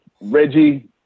Reggie